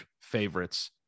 favorites